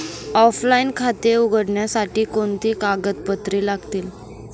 Offline खाते उघडण्यासाठी कोणती कागदपत्रे लागतील?